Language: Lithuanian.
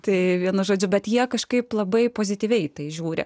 tai vienu žodžiu bet jie kažkaip labai pozityviai tai žiūri